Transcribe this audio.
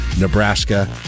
Nebraska